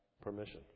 permission